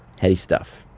heady stuff.